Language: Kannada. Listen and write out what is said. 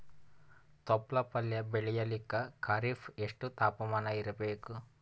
ತೊಪ್ಲ ಪಲ್ಯ ಬೆಳೆಯಲಿಕ ಖರೀಫ್ ಎಷ್ಟ ತಾಪಮಾನ ಇರಬೇಕು?